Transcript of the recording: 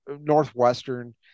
Northwestern